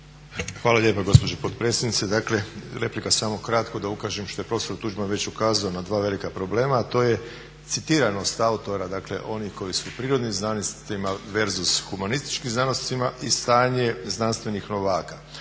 Hvala lijepo gospođo potpredsjednice. Dakle, replika samo kratko da ukažem što je profesor Tuđman ukazao na dva velika problema, a to je citiranost autora, dakle onih koji su u prirodnim znanostima versus humanističkim znanostima i stanje znanstvenih novaka.